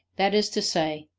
that is to say,